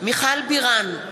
מיכל בירן,